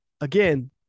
again